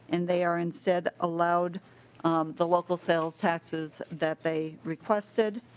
and they are instead allowed the local sales taxes that they requested.